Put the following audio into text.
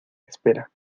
espera